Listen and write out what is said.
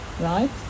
right